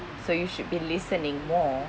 so you should be listening more